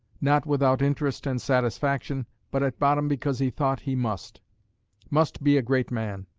not without interest and satisfaction, but at bottom because he thought he must must be a great man,